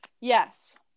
Yes